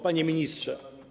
Panie Ministrze!